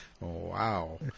Wow